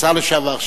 השר לשעבר,